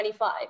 25